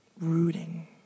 rooting